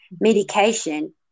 medication